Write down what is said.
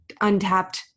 untapped